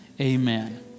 Amen